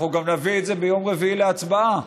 אנחנו גם נביא את זה ביום רביעי להצבעה,